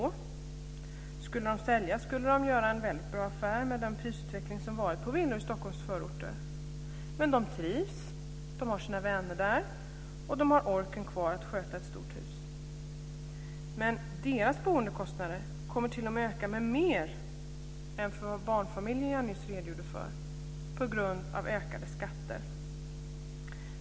Om de skulle sälja skulle de göra en väldigt bra affär med den prisutveckling som varit på villor i Stockholms förorter, men de trivs, har sina vänner i området och har ork kvar för att sköta ett stort hus. Men deras boendekostnader kommer på grund av ökade skatter t.o.m. att öka med mer än för de barnfamiljer som jag nyss redogjorde för.